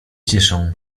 cieszą